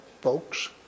folks